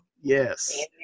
Yes